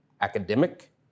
Academic